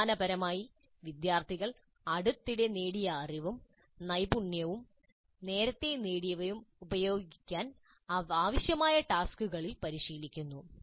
അടിസ്ഥാനപരമായി വിദ്യാർത്ഥികൾ അടുത്തിടെ നേടിയ അറിവും നൈപുണ്യവും നേരത്തെ നേടിയവയും ഉപയോഗിക്കാൻ ആവശ്യമായ ടാസ്ക്കുകളിൽ പരിശീലിക്കുന്നു